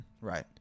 Right